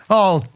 oh,